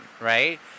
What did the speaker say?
right